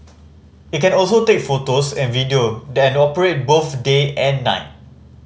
it can also take photos and video than operate both day and night